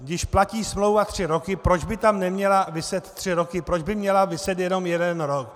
Když platí smlouva tři roky, proč by tam neměla viset tři roky, proč by měla viset jenom jeden rok?